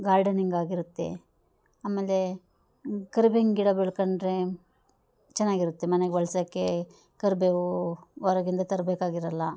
gardening ಆಗಿರುತ್ತೆ ಆಮೇಲೆ ಕರ್ಬೇವಿನ ಗಿಡ ಬೆಳ್ಕೊಂಡ್ರೆ ಚೆನ್ನಾಗಿರುತ್ತೆ ಮನೆಗೆ ಬಳ್ಸೊಕ್ಕೆ ಕರಿಬೇವು ಹೊರಗಿಂದ ತರಬೇಕಾಗಿರಲ್ಲ